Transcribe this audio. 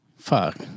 Fuck